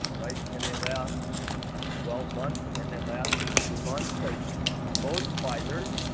right? can they last twelve months? can they last eighteen months, cause most fighters,